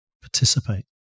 participate